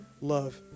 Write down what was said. love